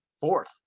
fourth